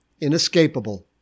inescapable